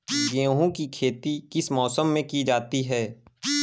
गेहूँ की खेती किस मौसम में की जाती है?